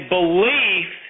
belief